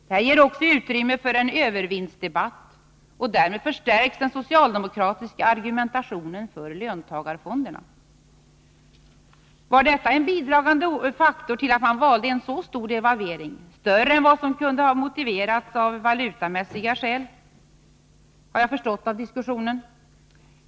Detta ger också utrymme för en övervinstdebatt, och därmed förstärks den socialdemokratiska argumentationen för löntagarfonderna. Var detta en bidragande faktor till att man valde en så stor devalvering — större än vad som, efter vad jag har förstått av diskussionen, kunde motiveras av valutamässiga skäl?